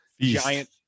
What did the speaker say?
giant